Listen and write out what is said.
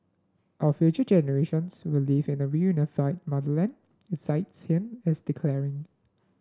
our future generations will live in a reunified motherland it cites him as declaring